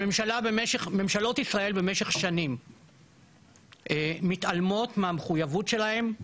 ממשלות ישראל במשך שנים מתעלמות מהמחויבויות שלהם,